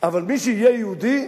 אבל מי שיהיה יהודי,